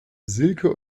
silke